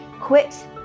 quit